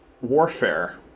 warfare